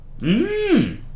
Mmm